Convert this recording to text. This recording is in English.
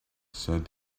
said